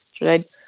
right